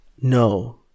No